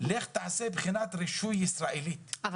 לך תעשה בחינת רישוי ישראלית,